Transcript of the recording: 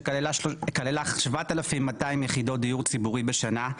שכללה 7,200 יחידות דיור ציבורי בשנה,